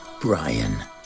brian